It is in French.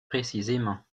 précisément